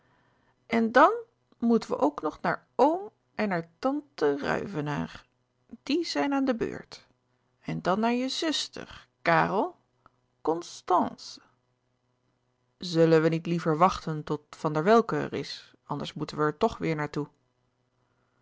en dàn moeten we ook nog naar om en naar tànte ruyvenaer diè zijn aan de beurt en dan naar je zster kàrel constànce zullen we niet liever wachten tot van der welcke er is anders moeten we er toch weêr naar